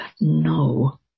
no